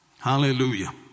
Hallelujah